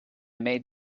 made